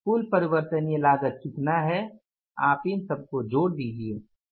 कुल परिवर्तनीय लागत कितना है आप इन सबको जोड़ दीजिये